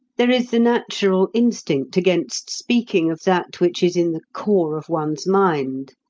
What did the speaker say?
there is the natural instinct against speaking of that which is in the core of one's mind.